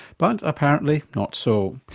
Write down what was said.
but apparently not so.